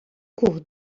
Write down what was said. cours